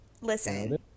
listen